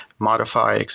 modify, et